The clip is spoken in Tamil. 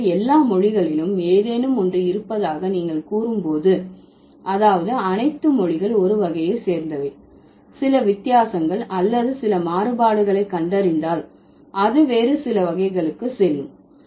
எனவே எல்லா மொழிகளிலும் ஏதேனும் ஒன்று இருப்பதாக நீங்கள் கூறும் போது அதாவது அனைத்து மொழிகள் ஒரு வகையை சேர்ந்தவை சில வித்தியாசங்கள் அல்லது சில மாறுபாடுகளை கண்டறிந்தால் அது வேறு சில வகைகளுக்கு செல்லும்